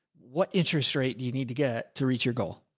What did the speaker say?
what interest rate do you need to get, to reach your goal?